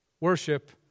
Worship